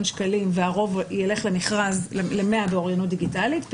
שקלים והרוב יילך למכרז באוריינות דיגיטלית,